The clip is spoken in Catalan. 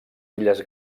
illes